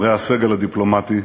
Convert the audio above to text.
חברי הסגל הדיפלומטי,